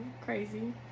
crazy